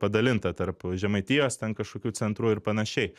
padalinta tarp žemaitijos ten kažkokių centrų ir panašiai